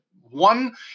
One